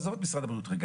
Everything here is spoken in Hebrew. עזוב את משרד הבריאות רע,